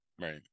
Right